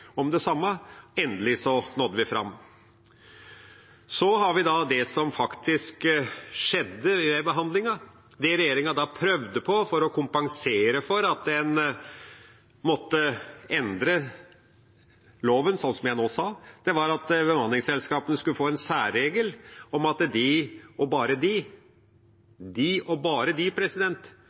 om det samme. Endelig nådde vi fram. Så til det som skjedde ved behandlingen. Det regjeringa da prøvde på, for å kompensere for at en måtte endre loven sånn som jeg nå sa, var at bemanningsselskapene skulle få en særregel om at de og bare de – de og bare de, president